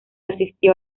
asistió